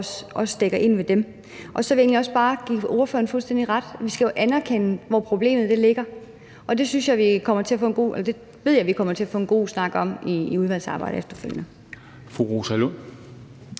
også dækker dem ind. Så vil jeg også bare give ordføreren fuldstændig ret i, at vi jo skal anerkende, hvor problemet ligger. Det ved jeg vi kommer til at få en god snak om i udvalgsarbejdet efterfølgende.